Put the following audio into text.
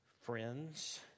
friends